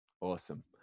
awesome